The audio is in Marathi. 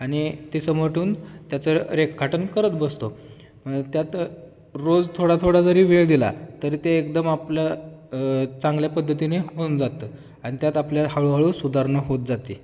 आणि ते समेटून त्याचं रेखाटन करत बसतो त्यात रोज थोडा थोडा जरी वेळ दिला तरी ते एकदम आपलं चांगल्या पद्धतीने होऊन जातं आणि त्यात आपल्या हळूहळू सुधारणा होत जाते